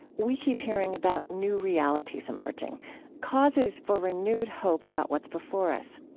we keep hearing about new realities emerging causes for renewed hope about what's before us.